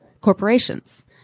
corporations